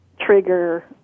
trigger